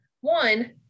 one